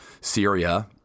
Syria